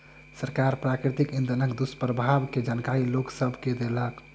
सरकार प्राकृतिक इंधनक दुष्प्रभाव के जानकारी लोक सभ के देलक